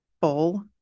full